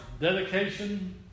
dedication